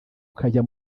ukajya